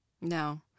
No